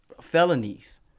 felonies